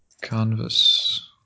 Canvas